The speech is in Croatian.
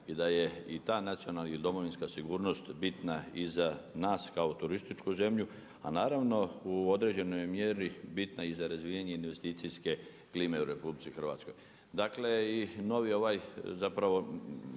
i da je i ta nacionalna ili domovinska sigurnost bitna i za nas kao turističku zemlju a naravno u određenoj mjeri bitna je i za razvijanje investicijske klime u RH. Dakle i novi ovaj zapravo